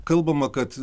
kalbama kad